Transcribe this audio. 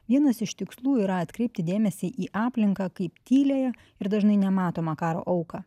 vienas iš tikslų yra atkreipti dėmesį į aplinką kaip tyliąją ir dažnai nematomą karo auką